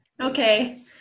Okay